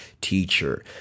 teacher